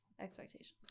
expectations